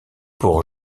pour